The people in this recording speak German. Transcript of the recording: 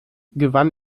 gewann